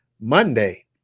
Monday